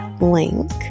link